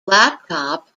laptop